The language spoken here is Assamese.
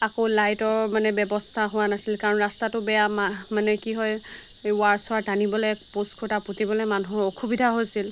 আকৌ লাইটৰ মানে ব্যৱস্থা হোৱা নাছিল কাৰণ ৰাস্তাটো বেয়া মানে কি হয় ৱাৰ চোৱাৰ টানিবলৈ পষ্ট খুঁটা পুতিবলৈ মানুহ অসুবিধা হৈছিল